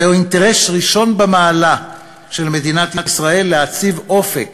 זה אינטרס ראשון במעלה של מדינת ישראל, להציב אופק